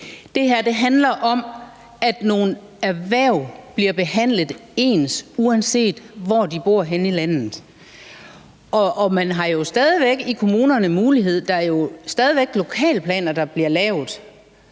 Det her handler om, at nogle erhverv bliver behandlet ens, uanset hvor de har til huse henne i landet. Og man har jo stadig væk i kommunerne mulighed for at lave lokalplaner, for der bliver